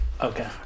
Okay